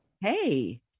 Hey